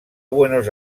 buenos